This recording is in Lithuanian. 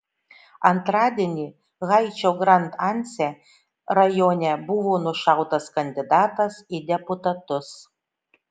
antradienį haičio grand anse rajone buvo nušautas kandidatas į deputatus